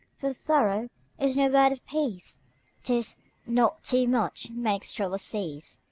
for thorough is no word of peace tis naught-too-much makes trouble cease.